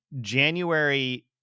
January